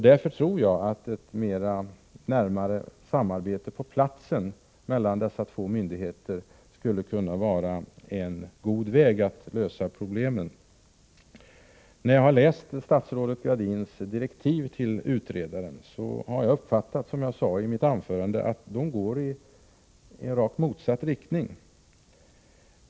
Därför tror jag att ett närmare samarbete på platsen mellan dessa båda myndigheter skulle kunna utgöra en god lösning på problemen. När jag har läst statsrådet Gradins direktiv till utredaren har jag, som jag sade i mitt anförande, uppfattat det så att de går i rakt motsatt riktning.